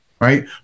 Right